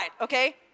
okay